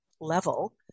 level